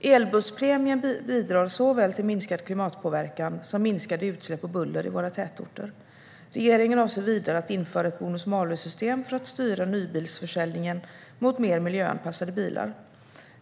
Elbusspremien bidrar såväl till minskad klimatpåverkan som till minskade utsläpp och minskat buller i våra tätorter. Regeringen avser vidare att införa ett bonus-malus-system för att styra nybilsförsäljningen mot mer miljöanpassade bilar.